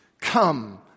Come